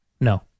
no